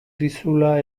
dizula